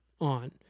on